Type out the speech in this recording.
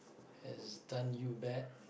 has done you bad